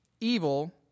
evil